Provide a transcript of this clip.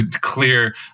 clear